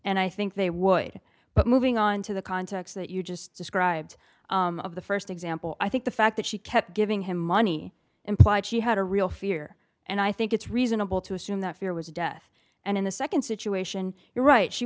and i think they would but moving on to the context that you just described of the st example i think the fact that she kept giving him money implied she had a real fear and i think it's reasonable to assume that fear was death and in the nd situation you're right she